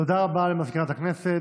תודה רבה למזכירת הכנסת.